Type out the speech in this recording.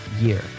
year